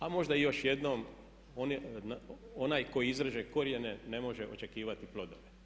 A možda i još jednom onaj tko izreže korijene ne može očekivati plodove.